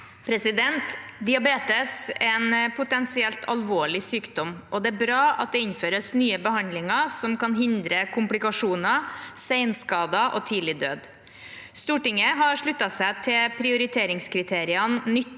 Diabetes er en potensielt alvorlig sykdom, og det er bra at det innføres nye behandlinger som kan hindre komplikasjoner, senskader og tidlig død. Stortinget har sluttet seg til prioriteringskriteriene nytte,